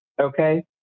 okay